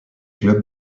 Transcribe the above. clubs